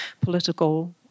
political